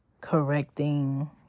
correcting